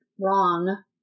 wrong